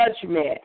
judgment